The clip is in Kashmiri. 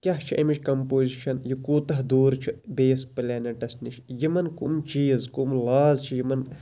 کیاہ چھِ ایٚمِچ کَمپوزِشَن یہِ کوٗتاہ دوٗر چھُ بیٚیِس پلیٚنیٚٹَس نِش یِمَن کُم چیٖز کُم لاز چھِ یِمَن